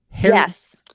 Yes